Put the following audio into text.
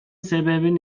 себебин